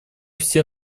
все